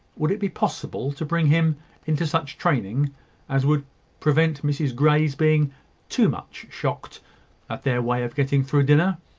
would it be possible to bring him into such training as would prevent mrs grey's being too much shocked at their way of getting through dinner?